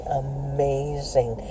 amazing